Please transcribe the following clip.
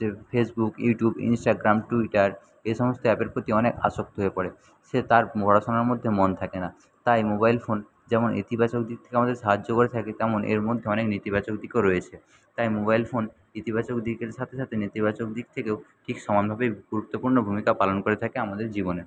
হচ্ছে Facebook YouTube Instagram Twitter এই সমস্ত অ্যাপের প্রতি অনেক আসক্ত হয়ে পড়ে সে তার পড়াশোনার মধ্যে মন থাকে না তাই মোবাইল ফোন যেমন ইতিবাচক দিক থেকে আমাদের সাহায্য করে থাকে তেমন এর মধ্যে অনেক নেতিবাচক দিকও রয়েছে তাই মোবাইল ফোন ইতিবাচক দিকের সাথে সাথে নেতিবাচক দিক থেকেও ঠিক সমানভাবেই গুরুত্বপূর্ণ ভুমিকা পালন করে থাকে আমাদের জীবনে